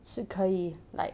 是可以 like